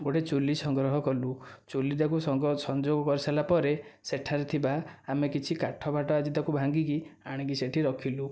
ଗୋଟିଏ ଚୁଲି ସଂଗ୍ରହ କଲୁ ଚୁଲିଟାକୁ ସଂଯୋଗ କରିସାରିବା ପରେ ସେଠାରେ ଥିବା ଆମେ କିଛି କାଠ ଫାଟ ଆଜି ତାକୁ ଭାଙ୍ଗିକି ଆଣିକି ସେହିଠି ରଖିଲୁ